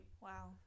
Wow